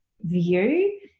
view